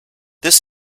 this